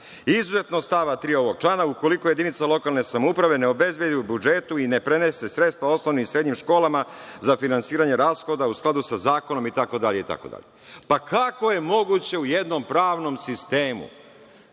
izuzeto od stava 3. ovog člana, ukoliko jedinica lokalne samouprave ne obezbedi u budžetu i ne prenese sredstva osnovnim i srednjim školama za finansiranje rashoda u skladu sa zakonom, itd, itd. Kako je moguće u jednom pravnom sistemu